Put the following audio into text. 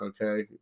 okay